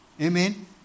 Amen